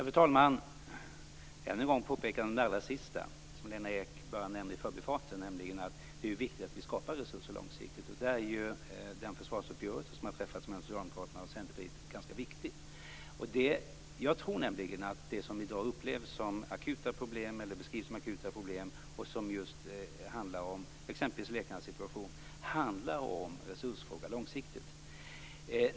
Fru talman! Än en gång vill jag påpeka det allra sista som Lena Ek bara nämnde i förbifarten, nämligen att det är viktigt att vi skapar resurser långsiktigt. Där är ju den försvarsuppgörelse som har träffats mellan Socialdemokraterna och Centerpartiet ganska viktig. Jag tror nämligen att det som i dag upplevs eller beskrivs som akuta problem och som just handlar om exempelvis läkarnas situation handlar om resursfrågan långsiktigt.